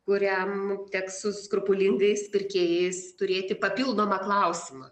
kuriam teks su skrupulingais pirkėjais turėti papildomą klausimą